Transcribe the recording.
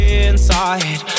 inside